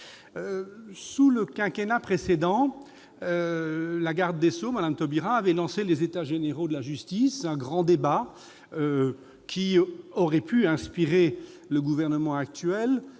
Sous le précédent quinquennat, la garde des sceaux, Mme Taubira, avait lancé les états généraux de la justice. Ce grand débat aurait pu inspirer le gouvernement actuel,